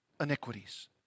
iniquities